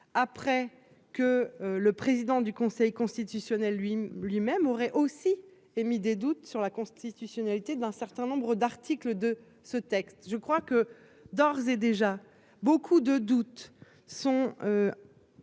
après que le président du Conseil constitutionnel lui lui-même aurait aussi émis des doutes sur la constitutionnalité d'un certain nombre d'articles de ce texte, je crois que d'ores et déjà beaucoup de doutes sont.